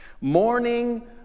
Morning